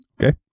Okay